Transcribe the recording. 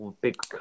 big